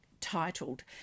titled